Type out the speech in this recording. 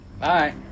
Bye